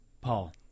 Paul